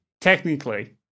technically